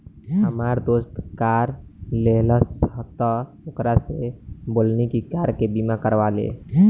हामार दोस्त कार लेहलस त ओकरा से बोलनी की कार के बीमा करवा ले